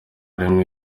rimwe